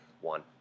one